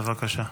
בבקשה.